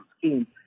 scheme